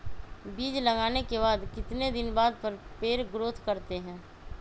बीज लगाने के बाद कितने दिन बाद पर पेड़ ग्रोथ करते हैं?